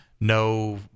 no